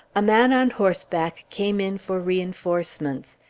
a man on horseback came in for reinforcements.